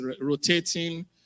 rotating